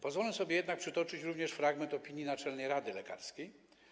Pozwolę sobie przytoczyć również fragment opinii Naczelnej Rady Lekarskiej.